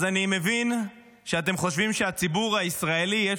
אז אני מבין שאתם חושבים שלציבור הישראלי יש